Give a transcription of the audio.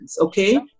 Okay